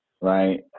right